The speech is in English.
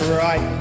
right